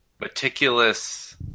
meticulous